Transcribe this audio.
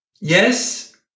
yes